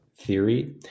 Theory